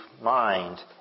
mind